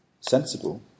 sensible